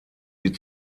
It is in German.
die